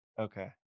Okay